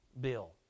bill